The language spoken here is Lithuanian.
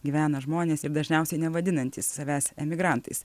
gyvena žmonės jie dažniausiai nevadinantys savęs emigrantais